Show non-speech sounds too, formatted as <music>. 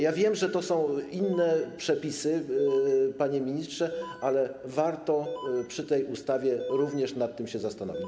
Ja wiem, że to są inne <noise> przepisy, panie ministrze, ale warto przy tej ustawie również nad tym się zastanowić.